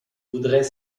voudrait